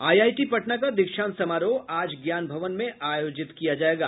IIT Patna का दीक्षांत समारोह आज ज्ञान भवन में आयोजित किया जायेगा